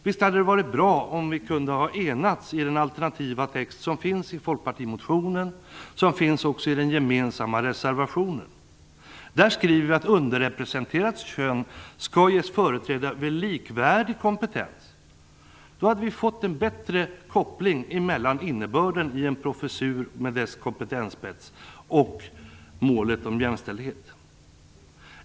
Visst hade det varit bra om vi hade kunnat enas om den alternativa text som finns i folkpartimotionen och som också finns i den gemensamma reservationen. Där skriver vi att ett underrepresenterat kön skall ges företräde vid likvärdig kompetens. Då hade vi fått en bättre koppling mellan definitionen av en professur med dess kompetensspets och målet om jämställdhet.